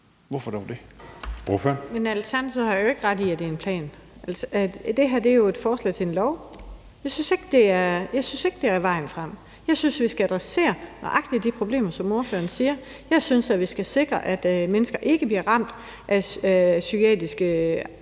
Fabricius (S): Men Alternativet har jo ikke ret i, at det er en plan. Det her er jo et forslag til en lov. Jeg synes ikke, det er vejen frem. Jeg synes, som ordføreren siger, at vi skal adressere nøjagtig de problemer. Jeg synes, at vi skal sikre, at mennesker ikke bliver ramt af psykiatriske